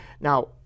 Now